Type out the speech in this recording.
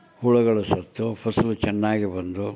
ಹುಳುಗಳು ಸತ್ತು ಫಸಲು ಚೆನ್ನಾಗಿ ಬಂದು